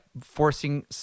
forcing